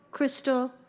crystal,